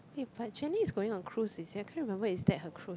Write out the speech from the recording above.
eh but Jenny is going on cruise is it I can't remember is that her cruise